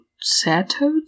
Sato